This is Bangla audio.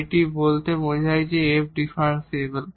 সুতরাং এটি বোঝায় যে f ডিফারেনশিবল